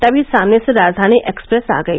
तभी सामने से राजधानी एक्सप्रैस आ गई